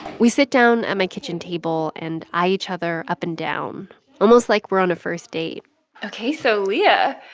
we sit down at my kitchen table and eye each other up and down almost like we're on a first date ok. so aaliyah.